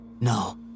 No